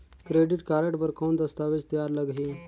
Credit card बर कौन दस्तावेज तैयार लगही?